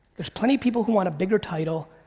there's plenty people who want a bigger title,